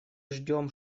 ждем